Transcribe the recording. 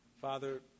Father